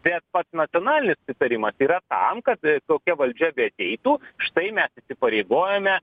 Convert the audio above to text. bet pats nacionalinis susitarimas yra tam kad kokia valdžia beateitų štai mes įsipareigojame